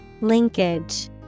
Linkage